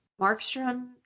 markstrom